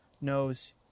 knows